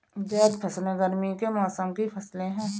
ज़ैद फ़सलें गर्मी के मौसम की फ़सलें हैं